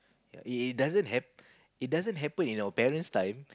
it doesn't ha~ it doesn't happen in our parent's time